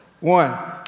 One